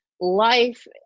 life